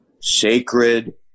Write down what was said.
Sacred